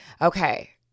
Okay